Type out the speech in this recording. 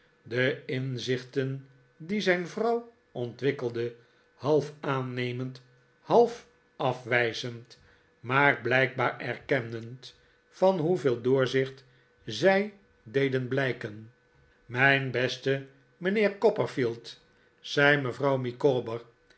de inzichten die zijn vrouw ontwikkelde half aannemend half afwijzend maar blijkbaar erkennend van hoeveel doorzicht zij dede'n blij ken mijn beste mijnheer copperfield zei mevrouw micawber